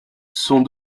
sont